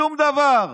שום דבר,